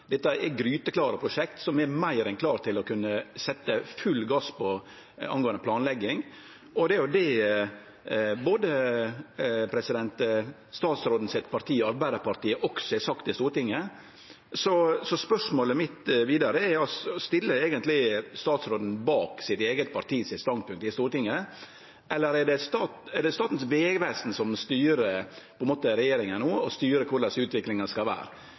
Dette er gryteklare prosjekt der det er meir enn klart til å kunne setje full gass når det gjeld planlegging. Det er det partiet til statsråden, Arbeidarpartiet, også har sagt i Stortinget. Så spørsmålet mitt vidare er: Stiller eigentleg statsråden seg bak standpunktet til sitt eige parti i Stortinget, eller er det Statens vegvesen som på ein måte styrer regjeringa no, og som styrer korleis utviklinga skal vere?